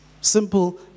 simple